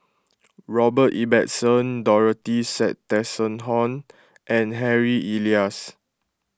Robert Ibbetson Dorothy Tessensohn and Harry Elias